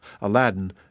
Aladdin